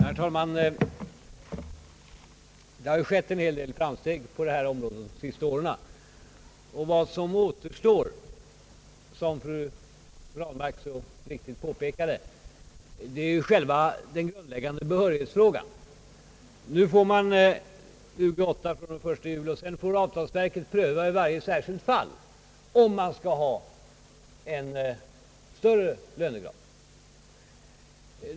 Herr talman! Det har skett en hel del framsteg på detta område under de senaste åren. Vad som återstår — som fröken Ranmark så riktigt påpekade — är själva den grundläggande behörighetsfrågan. Nu får man Ug 8 från den 1 juli, och sedan får avtalsverket pröva 1 varje särskilt fall om man skall ha en högre lönegrad.